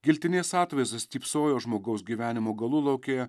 giltinės atvaizdas stypsojo žmogaus gyvenimo galulaukėje